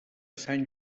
sant